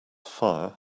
fire